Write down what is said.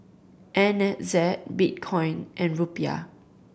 N Z Bitcoin and Rupiah